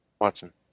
Watson